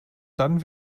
dann